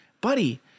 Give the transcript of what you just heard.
buddy